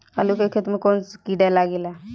आलू के खेत मे कौन किड़ा लागे ला?